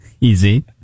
Easy